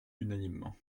unanimement